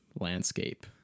landscape